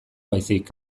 baizik